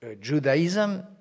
Judaism